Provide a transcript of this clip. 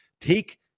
Take